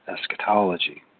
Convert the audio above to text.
eschatology